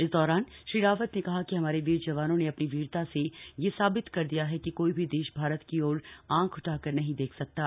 इस दौरान श्री रावत ने कहा कि हमारे वीर जवानों ने अपनी वीरता से यह साबित किया है कि कोई भी देश भारत की ओर आंख उठाकर नहीं देख सकता है